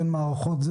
אין מערכות,